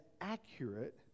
accurate